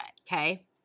okay